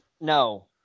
No